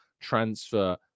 transfer